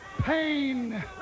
Pain